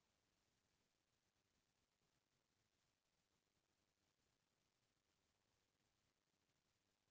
भारत म गरीब मनसे बहुत हें जेन मन बड़ मुस्कुल ले अपन परवार के गुजर बसर चलाथें